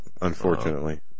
unfortunately